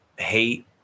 hate